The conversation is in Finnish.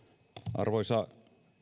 arvoisa